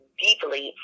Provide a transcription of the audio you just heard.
deeply